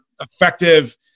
effective